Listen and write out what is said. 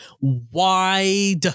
wide